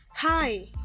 Hi